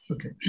Okay